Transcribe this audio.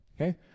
Okay